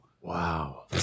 Wow